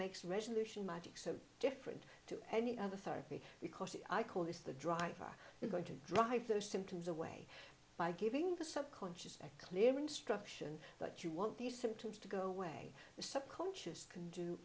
makes resolution magic so different to any other therapy because i call this the driver we're going to drive those symptoms away by giving the subconscious a clear instruction but you want these symptoms to go away the subconscious can do